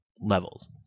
levels